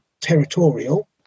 territorial